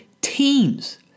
teams